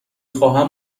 خواهم